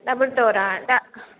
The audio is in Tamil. டபுள் டோரா த